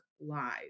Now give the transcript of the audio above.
live